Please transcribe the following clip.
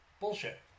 bullshit